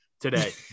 today